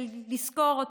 לזכור אותו,